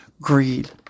greed